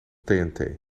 tnt